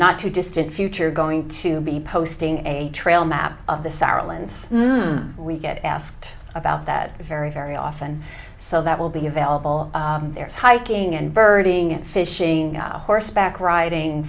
not too distant future going to be posting a trail map of the sarah lands we get asked about that very very often so that will be available there is hiking and birding and fishing horseback riding